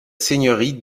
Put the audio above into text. seigneurie